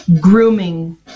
grooming